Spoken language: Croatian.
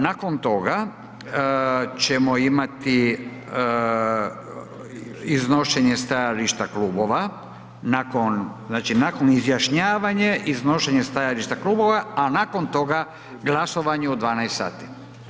Nakon toga ćemo imati iznošenje stajališta klubova, znači nakon izjašnjavanja, iznošenje stajališta klubova a nakon toga glasovanje u 12 sati.